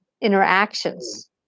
interactions